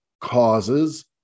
causes